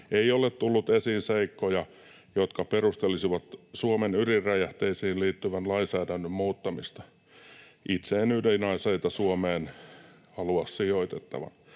ei ole tullut esiin seikkoja, jotka perustelisivat Suomen ydinräjähteisiin liittyvän lainsäädännön muuttamista. Itse en ydinaseita Suomeen halua sijoitettavan.